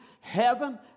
Heaven